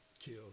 kill